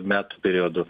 metų periodu